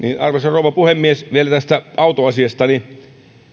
arvoisa rouva puhemies vielä tästä autoasiasta